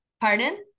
pardon